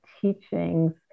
teachings